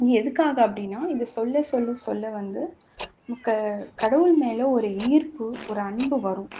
எதுக்காக அப்படின்னா இதை சொல்ல சொல்ல சொல்ல வந்து நமக்கு கடவுள் மேலே ஒரு ஈர்ப்பு ஒரு அன்பு வரும்